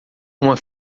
uma